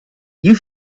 you